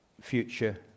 future